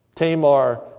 Tamar